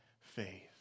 faith